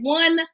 one